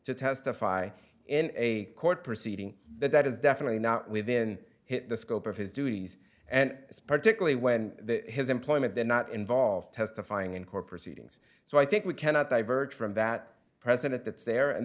to testify in a court proceeding that that is definitely not within the scope of his duties and particularly when his employment they're not involved testifying in court proceedings so i think we cannot divert from that president that's there and